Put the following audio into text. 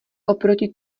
oproti